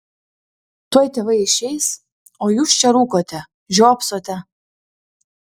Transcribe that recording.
tuoj tėvai išeis o jūs čia rūkote žiopsote